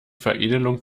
veredelung